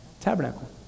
Tabernacle